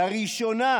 לראשונה